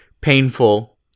painful